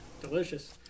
Delicious